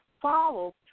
follow